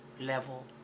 level